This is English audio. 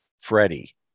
Freddie